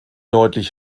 deutlich